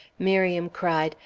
miriam cried,